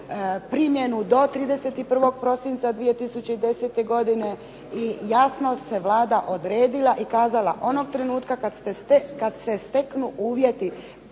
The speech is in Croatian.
primjenu do 31. prosinca 2010. godine i jasno se Vlada odredila i kazala, onog trenutka kad se steknu uvjeti